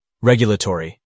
regulatory